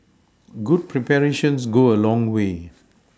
good preparations go a long way